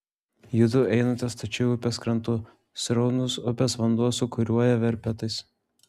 judu einate stačiu upės krantu sraunus upės vanduo sūkuriuoja verpetais